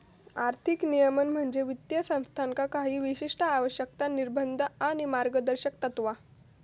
आर्थिक नियमन म्हणजे वित्तीय संस्थांका काही विशिष्ट आवश्यकता, निर्बंध आणि मार्गदर्शक तत्त्वा